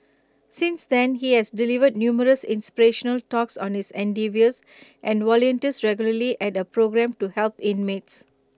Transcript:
since then he has delivered numerous inspirational talks on his endeavours and volunteers regularly at A programme to help inmates